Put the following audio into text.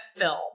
film